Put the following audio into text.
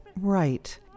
Right